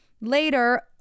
Later